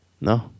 No